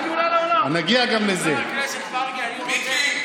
אבל זה גם בעניינים של עקרונות וערכים ודוגמה אישית.